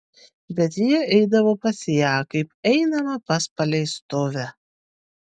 bet jie eidavo pas ją kaip einama pas paleistuvę